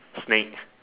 snake